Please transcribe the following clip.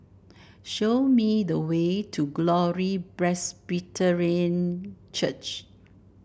show me the way to Glory Presbyterian Church